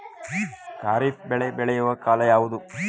ಖಾರಿಫ್ ಬೆಳೆ ಬೆಳೆಯುವ ಕಾಲ ಯಾವುದು?